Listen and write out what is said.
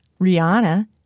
Rihanna